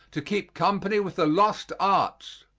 to keep company with the lost arts.